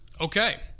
Okay